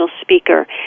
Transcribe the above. speaker